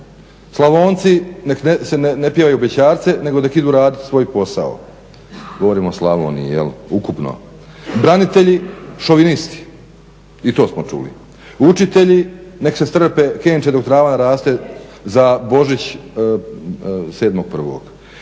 Slavonci neka ne pjevaju bećarce nego neka idu radi svoj posao govorim o Slavoniji ukupno, branitelji šovinisti i to smo čuli, učitelji neka se strpe, … dok trava naraste za Božić